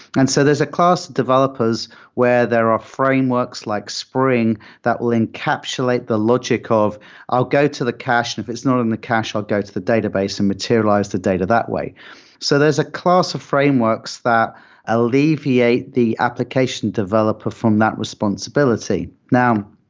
and so there's a class developers where there are frameworks like spring that will encapsulate the logic of i'll go to the cache, and if it's not in the cache, i'll go to the database and materialize the data that way so there's a class of frameworks that alleviate the application developer from that responsibility. now,